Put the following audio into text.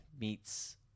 meets